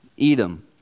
Edom